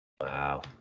Wow